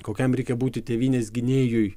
kokiam reikia būti tėvynės gynėjui